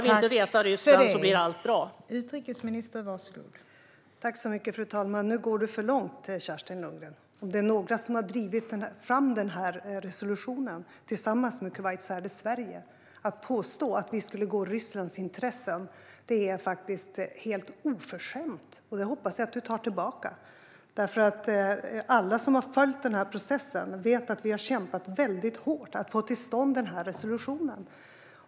Fru talman! Nu går du för långt, Kerstin Lundgren! Om det är något land som har drivit fram denna resolution tillsammans med Kuwait är det Sverige. Att påstå att vi skulle gå Rysslands ärenden är faktiskt oförskämt, och jag hoppas att du tar tillbaka det. Alla som har följt processen vet att vi har kämpat väldigt hårt för att få till stånd denna resolution.